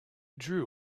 drew